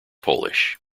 polish